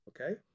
Okay